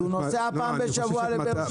הוא נוסע פעם בשבוע לבאר שבע.